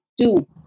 two